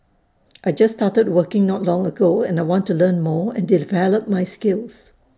I just started working not long ago and I want to learn more and develop my skills